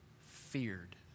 feared